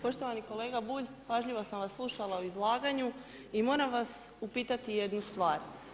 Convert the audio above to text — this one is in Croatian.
Poštovani kolega Bulj, pažljivo sam vas slušala u izlaganju i moram vas upitati jednu stvar.